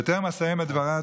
בטרם אסיים את דבריי,